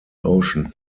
ocean